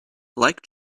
like